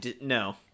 No